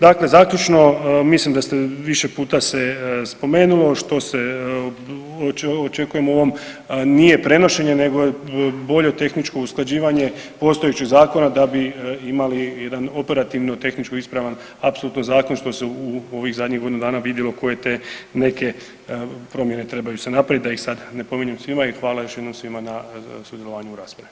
Dakle, zaključno mislim da ste više se spomenulo što se očekujemo u ovom, nije prenošenje nego je bolje tehničkog usklađivanje postojećeg zakona da bi imali jedan operativno tehničko ispravan apsolutno zakon što se u ovih zadnjih godinu dana vidjelo koje te neke promjene trebaju se napraviti da ih sada napominjem svima i hvala još jednom svima na sudjelovanju u raspravi.